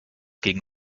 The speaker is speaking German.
gegen